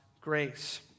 grace